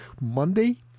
Monday